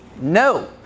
no